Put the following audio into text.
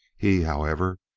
he, however,